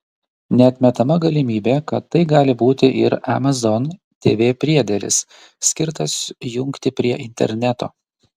neatmetama galimybė kad tai gali būti ir amazon tv priedėlis skirtas jungti prie interneto